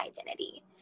identity